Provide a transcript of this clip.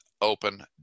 open